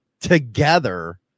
together